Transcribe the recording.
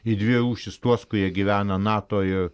į dvi rūšis tuos kurie gyvena nato ir